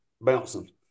bouncing